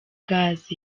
gaz